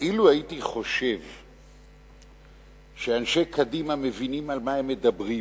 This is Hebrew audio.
לו חשבתי שאנשי קדימה מבינים על מה הם מדברים,